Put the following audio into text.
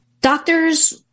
doctors